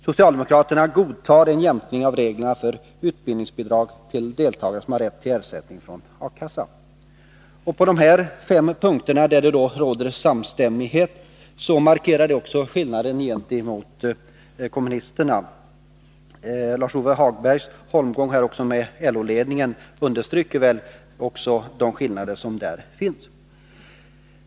Socialdemokraterna godtar en jämkning av reglerna för utbildningsbidrag till deltagare som har rätt till ersättning från A-kassa. På de här fem punkterna där det råder samstämmighet markeras också skillnaden gentemot kommunisterna. Lars-Ove Hagbergs holmgång med LO-ledningen understryker de skillnader som finns.